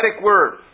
word